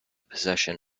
possession